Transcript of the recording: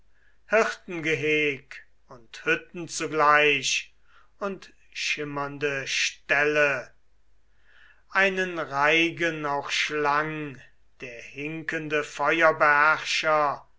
schafen hirtengeheg und hütten zugleich und schimmernde stelle einen reigen auch schlang der hinkende